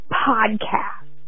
podcast